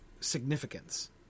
significance